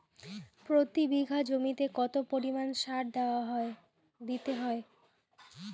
প্রতি বিঘা জমিতে কত পরিমাণ সার দিতে হয়?